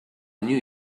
knew